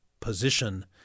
position